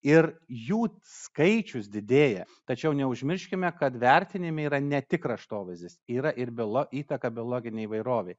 ir jų skaičius didėja tačiau neužmirškime kad vertinime yra ne tik kraštovaizdis yra ir bio įtaka biologinei įvairovei